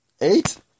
Eight